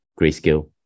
grayscale